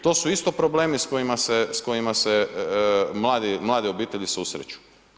To su isto problemi s kojima se mlade obitelji susreću.